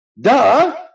Duh